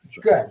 Good